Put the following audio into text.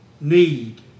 need